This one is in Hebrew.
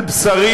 על בשרי: